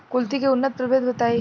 कुलथी के उन्नत प्रभेद बताई?